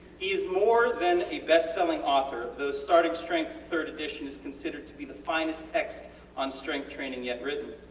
he is more than a bestselling author the starting strength third edition is considered to be the finest text on strength training yet written.